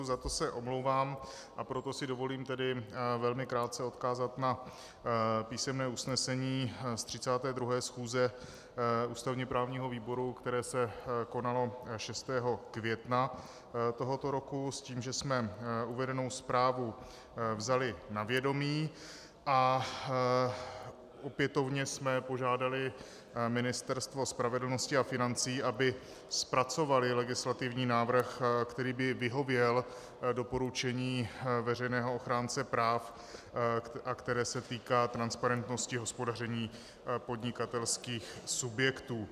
Za to se omlouvám, a proto si dovolím tedy velmi krátce odkázat na písemné usnesení z 32. schůze ústavněprávního výboru, které se konalo 6. května tohoto roku s tím, že jsme uvedenou zprávu vzali na vědomí a opětovně jsme požádali ministerstva spravedlnosti a financí, aby zpracovala legislativní návrh, který by vyhověl doporučení veřejného ochránce práv, které se týká transparentnosti hospodaření podnikatelských subjektů.